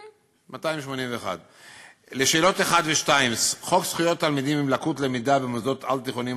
1 2. חוק זכויות תלמידים עם לקות למידה במוסדות על-תיכוניים,